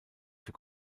für